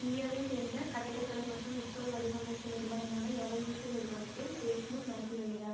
இந்தியாவைச் சேர்ந்த கட்டிடக்கலை மற்றும் உட்புற வடிவமைப்பு நிறுவனமான எவல்யூஷன் நிறுவனத்தில் தேஷ்முக் நடத்தி வருகிறார்